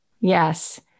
Yes